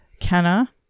Kenna